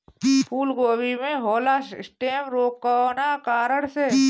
फूलगोभी में होला स्टेम रोग कौना कारण से?